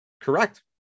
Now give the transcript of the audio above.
Correct